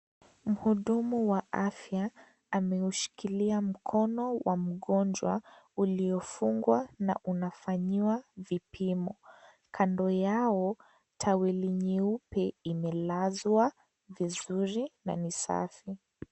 Muhudumu wa afya ameushikilia mkono wa mgonjwa uliofungwa na unafanyiwa vipimo. Kando yao taweli nyeupe imelazwa vizuri na ni safi